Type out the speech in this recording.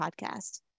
Podcast